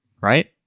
Right